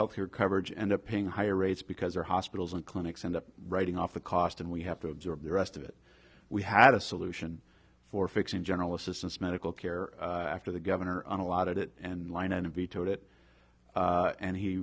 health care coverage end up paying higher rates because their hospitals and clinics end up writing off the cost and we have to absorb the rest of it we have a solution for fixing general assistance medical care after the governor on a lot of it and line and vetoed it and he